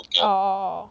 oh